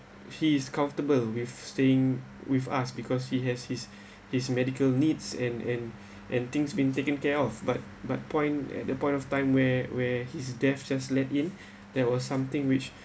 he is comfortable with staying with us because he has his his medical needs and and and things being taken care of but but point at that point of time where where his deaths as lead in there was something which